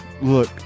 Look